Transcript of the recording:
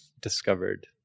discovered